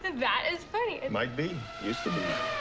that is funny. might be? used to be?